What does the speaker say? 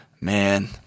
man